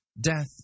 Death